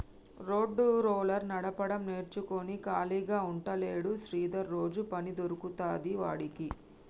road roller నడపడం నేర్చుకుని ఖాళీగా ఉంటలేడు శ్రీధర్ రోజు పని దొరుకుతాంది వాడికి